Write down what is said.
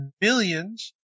millions